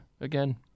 again